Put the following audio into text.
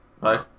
Right